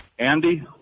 Andy